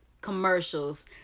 commercials